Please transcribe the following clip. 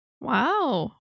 Wow